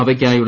അവയ്ക്കായുള്ള